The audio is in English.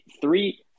three